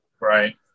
Right